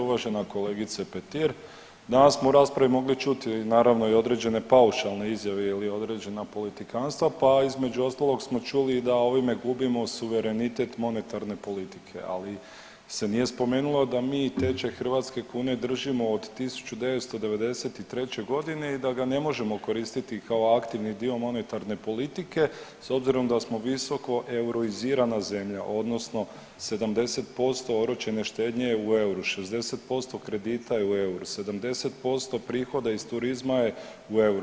Uvažena kolegice Petir, danas smo u raspravi mogli čuti naravno i određene paušalne izjave ili određena politikanstva, pa između ostalog smo čuli da ovime gubimo suverenitet monetarne politike, ali se nije spomenulo da mi tečaj hrvatske kune držimo od 1993.g. i da ga ne možemo koristiti kao aktivni dio monetarne politike s obzirom da smo visoko euroizirana zemlja odnosno 70% oročene štednje je u euru, 60% kredita je euru, 70% prihoda iz turizma je u euru.